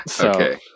Okay